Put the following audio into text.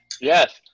Yes